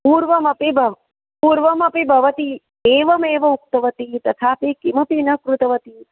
पूर्वमपि भवती पूर्वमपि भवती एवमेव उक्तवती तथापि किमपि न कृतवती